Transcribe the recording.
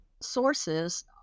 sources